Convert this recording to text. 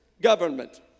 government